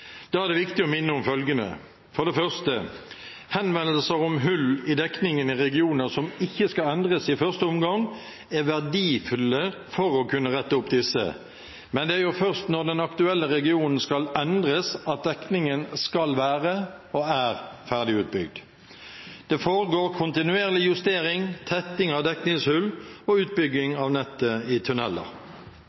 Da er det viktig å minne om følgende: For det første: Henvendelser om hull i dekningen i regioner som ikke skal endres i første omgang, er verdifulle for å kunne rette opp disse, men det er jo først når den aktuelle regionen skal endres, at dekningen skal være – og er – ferdig utbygd. Det foregår kontinuerlig justering, tetting av dekningshull og utbygging av nettet i